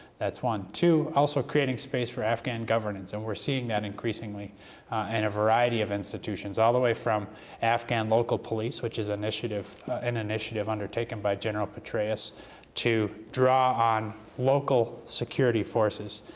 that's one. two, also creating space for afghan governance. and we're seeing that increasingly in a variety of institutions, all the way from afghan local police, which is initiative, an initiative under taken by general petraeus to draw on local security forces,